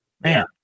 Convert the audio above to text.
man